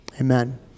amen